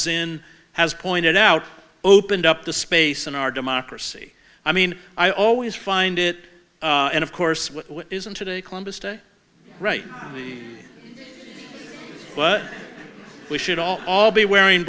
zinn has pointed out opened up the space in our democracy i mean i always find it and of course what isn't today columbus day right but we should all all be wearing